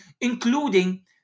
including